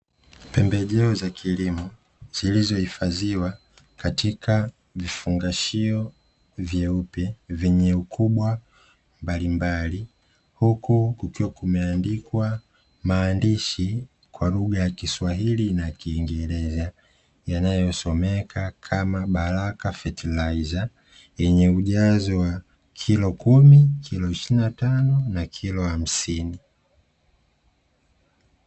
Pembejeo za kilimo zilizohifadhiwa katika vifungashio vyeupe vyenye ukubwa mbalimbali huko kukiwa kumeandikwa maandishi kwa lugha ya kiswahili na kiingereza yanayosomeka kama baraka fetilaiza yenye ujazo wa kilo kumi kilo ishirini na tano na kilo hamsini